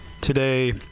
today